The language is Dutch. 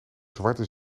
zwarte